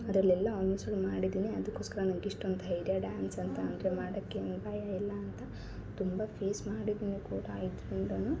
ಅದ್ರಲ್ಲೆಲ್ಲ ಅಲ್ಮೋಸ್ಟ್ ಮಾಡಿದ್ದೀನಿ ಅದಕ್ಕೋಸ್ಕರ ನನ್ಗೆ ಇಷ್ಟೊಂದು ಭಯ ಇದೆ ಡ್ಯಾನ್ಸ್ ಅಂತ ಅಂದರೆ ಮಾಡೋಕೆ ಏನು ಭಯ ಇಲ್ಲ ಅಂತ ತುಂಬಾ ಫೇಸ್ ಮಾಡಿದ್ದೀನಿ ಕೂಡ ಇದ್ರಿಂದ